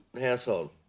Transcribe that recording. household